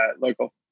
local